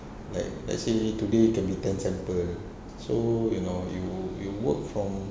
like let's say today can be ten sample so you know you you work from